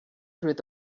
through